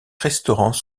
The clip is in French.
restaurants